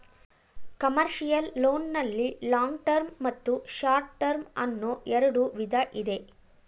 commercial loan ನಲ್ಲಿ long term ಮತ್ತು short term ಅನ್ನೋ ಎರಡು ವಿಧ ಇದೆ